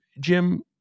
Jim